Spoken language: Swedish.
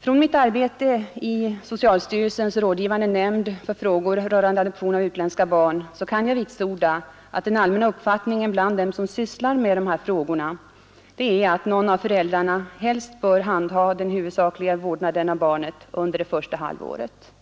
Från mitt arbete i socialstyrelsens rådgivande nämnd för frågor rörande adoption av utländska barn kan jag vitsorda att den allmänna uppfattningen bland dem som sysslar med de frågorna är att någon av föräldrarna helst bör handha den huvudsakliga vårdnaden om barnet under det första halvåret.